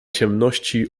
ciemności